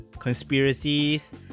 conspiracies